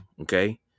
okay